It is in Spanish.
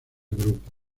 grupo